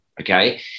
okay